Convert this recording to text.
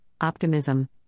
optimism